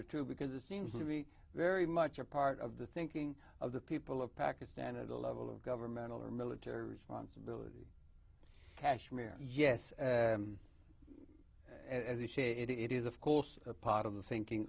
or two because it seems to me very much a part of the thinking of the people of pakistan at the level of governmental or military responsibility kashmir yes as you say it is of course part of the thinking